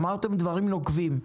אמרתם דברים נוקבים,